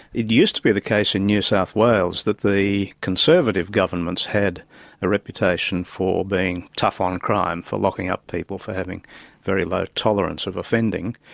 it used to be the case in new south wales that the conservative governments had a reputation for being tough on crime, for locking up people, for having very low tolerance of offending,